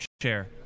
chair